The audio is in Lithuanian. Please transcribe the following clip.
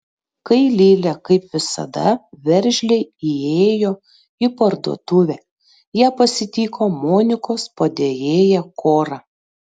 kai lilė kaip visada veržliai įėjo į parduotuvę ją pasitiko monikos padėjėja kora